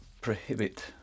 prohibit